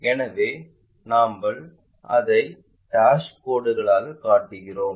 எனவே நாங்கள் அதை டாஷ் கோடுகளாக காட்டுகிறோம்